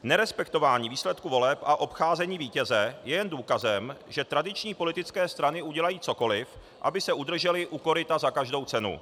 Nerespektování výsledků voleb a obcházení vítěze je jen důkazem, že tradiční politické strany udělají cokoli, aby se udržely u koryta za každou cenu.